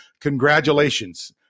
congratulations